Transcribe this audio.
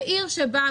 בעיר חיפה,